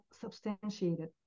substantiated